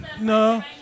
No